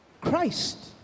Christ